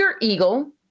Eagle